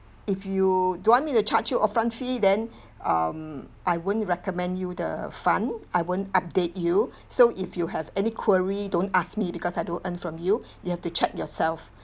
if you don't want me to charge you upfront fee then um I won't recommend you the fund I won't update you so if you have any query don't ask me because I don't earn from you you have to check yourself